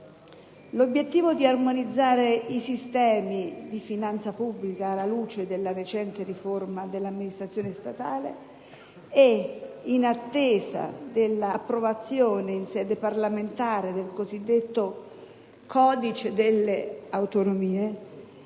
l'obiettivo di armonizzare i sistemi di finanza pubblica alla luce della recente riforma dell'amministrazione statale, in attesa dell'approvazione in sede parlamentare del cosiddetto codice delle autonomie